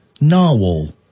Narwhal